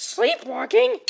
Sleepwalking